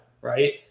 right